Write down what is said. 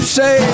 say